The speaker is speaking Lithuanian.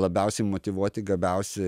labiausiai motyvuoti gabiausi